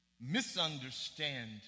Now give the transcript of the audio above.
misunderstand